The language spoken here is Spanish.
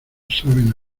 saben